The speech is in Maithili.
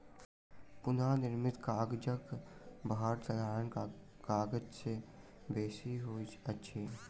पुनःनिर्मित कागजक भार साधारण कागज से बेसी होइत अछि